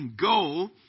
Go